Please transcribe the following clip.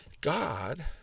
god